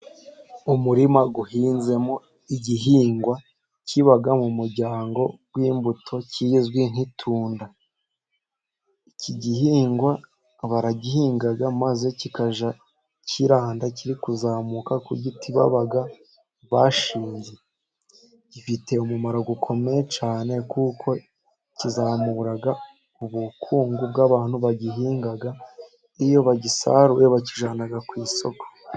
Umurima uhinzemo igihingwa kiba mu muryango w'imbuto kizwi nk'itunda. Iki gihingwa baragihinga maze kijya kiranda kiri kuzamuka ku giti baba bashinze. Gifite umumaro ukomeye cyane kuko kizamura ubukungu bw'abantu bagihinga, iyo bagisaruye bakijyana ku isoko.